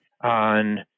on